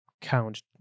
count